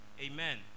Amen